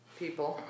people